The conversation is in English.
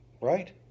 right